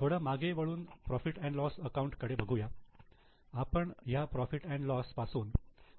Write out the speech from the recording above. थोडं मागे वळून profit and loss account profit loss account कडे बघू या आपण ह्या profit and loss profit loss पासून